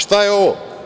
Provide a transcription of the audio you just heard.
Šta je ovo?